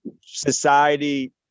society